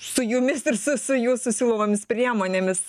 su jumis ir su su jūsų siūlomomis priemonėmis